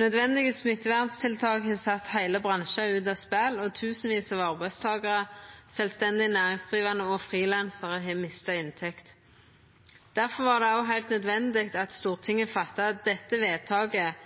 Nødvendige smitteverntiltak har sett heile bransjar ut av spel, og tusenvis av arbeidstakarar, sjølvstendig næringsdrivande og frilansarar har mista inntekt. Difor var det òg heilt nødvendig at Stortinget